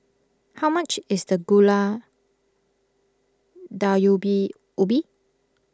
how much is the Gulai Ubi